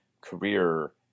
career